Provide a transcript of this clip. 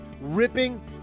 ripping